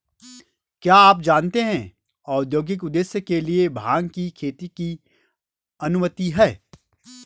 क्या आप जानते है औद्योगिक उद्देश्य के लिए भांग की खेती की अनुमति है?